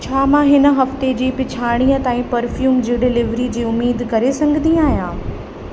छा मां हिन हफ़्ते जी पिछाड़ीअ ताईं परफ्यूम जी डिलिवरीअ जी उमेद करे सघंदी आहियां